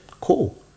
cool